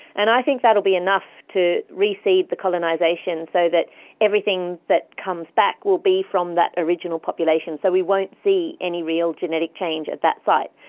and i think that will be enough to reseed the colonisation, so that everything that comes back will be from that original population. so we won't see any real genetic change at that site.